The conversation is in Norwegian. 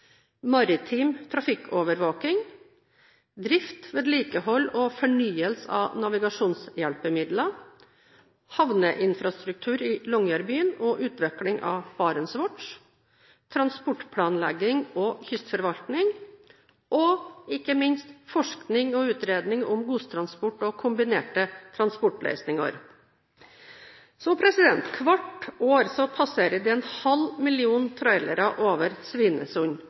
maritim trafikkovervåking drift, vedlikehold og fornyelse av navigasjonshjelpemidler havneinfrastruktur i Longyearbyen og utvikling av BarentsWatch transportplanlegging og kystforvaltning forsking og utredning om godstransport og kombinerte transportløsninger. Hvert år passerer det en halv million trailere over Svinesund,